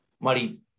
muddy